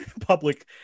public